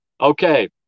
Okay